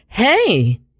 Hey